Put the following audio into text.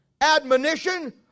admonition